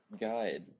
guide